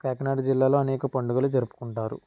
కాకినాడ జిల్లాలో అనేక పండుగలు జరుపుకుంటారు అంతే